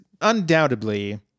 undoubtedly